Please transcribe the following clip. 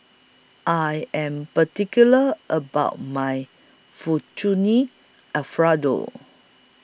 I Am particular about My Fettuccine Alfredo